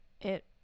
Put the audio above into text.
It-